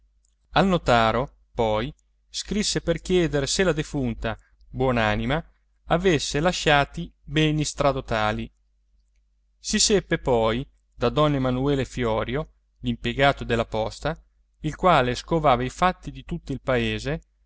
al notaro poi scrisse per chiedere se la defunta buon'anima avesse lasciati beni stradotali si seppe poi da don emanuele fiorio l'impiegato della posta il quale scovava i fatti di tutto il paese